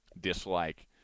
dislike